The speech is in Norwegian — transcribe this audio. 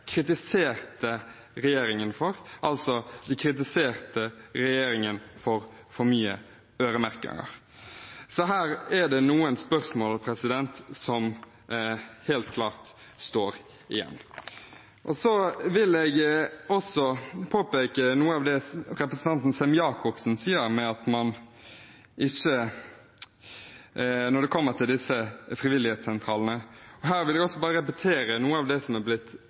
kritiserte regjeringen for. De kritiserte altså regjeringen for for mye øremerking. Her er det noen spørsmål som helt klart står igjen. Jeg vil også påpeke noe av det representanten Sem-Jacobsen sier om frivillighetssentralene. Jeg vil bare repetere noe av det